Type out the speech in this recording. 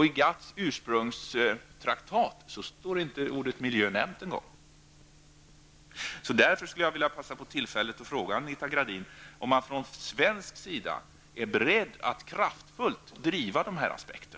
I GATTs ursprungstraktat står inte ens ordet miljö nämnt. Gradin om man från svensk sida är beredd att kraftfullt driva dessa frågor.